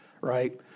right